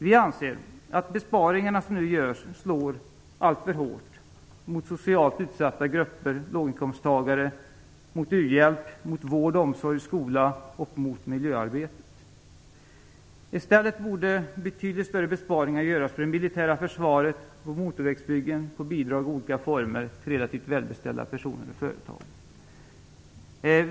Vi anser att besparingarna som nu görs slår alltför hårt mot socialt utsatta grupper, låginkomsttagare, uhjälp, vård, omsorg, skola och miljöarbetet. I stället borde betydligt större besparingar göras på det militära försvaret, på motorvägsbyggen, på bidrag i olika former till relativt välbeställda personer och företag.